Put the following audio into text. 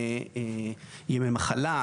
גם ימי מחלה,